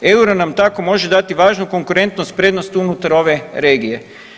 Euro nam tako može dati važnu konkurentnost, prednost unutar ove regije.